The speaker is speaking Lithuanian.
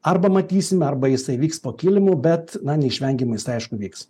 arba matysim arba jisai vyks po kilimu bet na neišvengiama jis aišku vyks